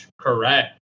correct